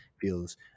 feels